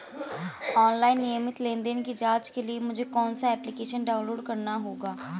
Online नियमित लेनदेन की जांच के लिए मुझे कौनसा एप्लिकेशन डाउनलोड करना होगा?